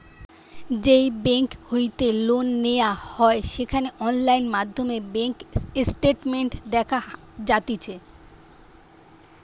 যেই বেংক হইতে লোন নেওয়া হয় সেখানে অনলাইন মাধ্যমে ব্যাঙ্ক স্টেটমেন্ট দেখা যাতিছে